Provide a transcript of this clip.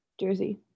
jersey